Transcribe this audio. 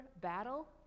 battle